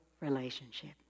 relationship